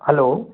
hello